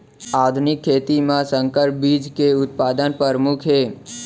आधुनिक खेती मा संकर बीज के उत्पादन परमुख हे